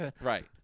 Right